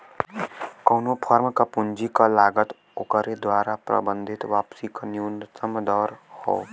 कउनो फर्म क पूंजी क लागत ओकरे द्वारा प्रबंधित वापसी क न्यूनतम दर हौ